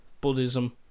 Buddhism